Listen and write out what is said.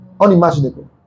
unimaginable